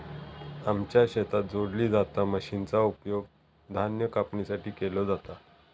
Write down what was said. आमच्या शेतात जोडली जाता मशीनचा उपयोग धान्य कापणीसाठी केलो जाता